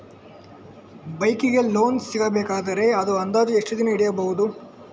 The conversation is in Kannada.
ಬೈಕ್ ಗೆ ಲೋನ್ ಸಿಗಬೇಕಾದರೆ ಒಂದು ಅಂದಾಜು ಎಷ್ಟು ದಿನ ಹಿಡಿಯಬಹುದು?